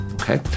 Okay